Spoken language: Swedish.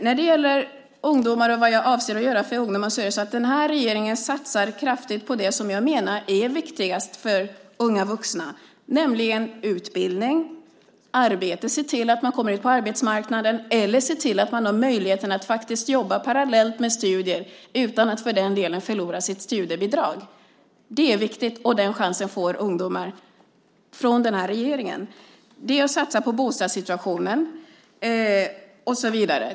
När det gäller vad jag avser att göra för ungdomar är det så att den här regeringen satsar kraftigt på det som jag menar är viktigast för unga vuxna, nämligen utbildning, arbete, se till att man kommer ut på arbetsmarknaden eller se till att man har möjligheten att faktiskt jobba parallellt med studier utan att för den skull förlora sitt studiebidrag. Det är viktigt. Och den chansen får ungdomar av den här regeringen. Det är att satsa på bostadssituationen och så vidare.